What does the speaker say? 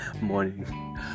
morning